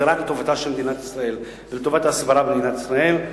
זה רק לטובתה של מדינת ישראל ולטובת ההסברה של מדינת ישראל.